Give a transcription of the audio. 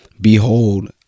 behold